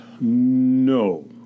No